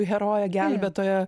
herojė gelbėtoja